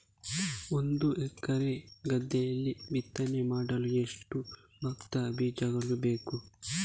ಒಂದು ಎಕರೆ ಗದ್ದೆಯಲ್ಲಿ ಬಿತ್ತನೆ ಮಾಡಲು ಎಷ್ಟು ಭತ್ತದ ಬೀಜಗಳು ಬೇಕು?